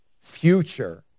future